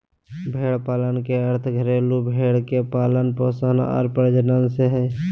भेड़ पालन के अर्थ घरेलू भेड़ के पालन पोषण आर प्रजनन से हइ